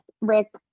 rick